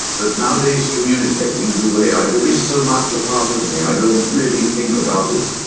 but nowadays communicating the way i do is so much a part of me i don't really think about it.